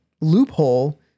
loophole